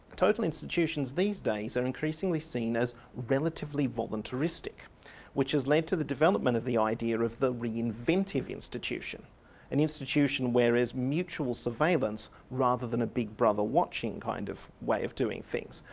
total institutions these days are increasingly seen as relatively volunteeristic which has led to the development of the idea of the reinventive institution an institution where there's mutual surveillance rather than a big brother watching kind of way of doing things.